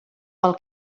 pel